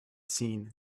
seen